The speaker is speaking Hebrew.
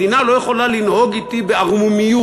מדינה לא יכולה לנהוג אתי בערמומיות,